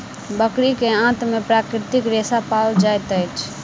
बकरी के आंत में प्राकृतिक रेशा पाओल जाइत अछि